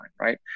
right